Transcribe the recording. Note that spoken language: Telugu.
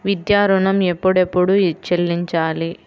విద్యా ఋణం ఎప్పుడెప్పుడు చెల్లించాలి?